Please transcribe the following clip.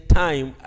time